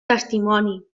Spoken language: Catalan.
testimoni